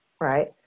right